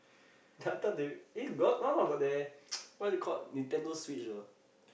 that time they eh got not not got there what they called Nintendo-Switch ah